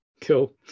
cool